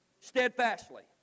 steadfastly